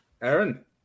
Aaron